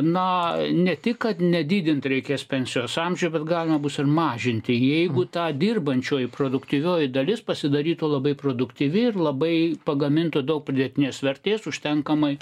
na ne tik kad nedidint reikės pensijos amžių bet galima bus ir mažinti jeigu tą dirbančioji produktyvioji dalis pasidarytų labai produktyvi ir labai pagamintų daug pridėtinės vertės užtenkamai